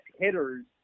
hitters